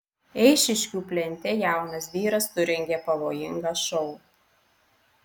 eišiškių plente jaunas vyras surengė pavojingą šou